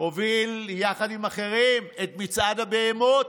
הוביל יחד עם אחרים את מצעד הבהמות.